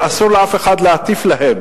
ואסור לאף אחד להטיף להם